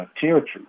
territory